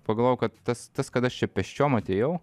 pagalvojau kad tas tas kad aš čia pėsčiom atėjau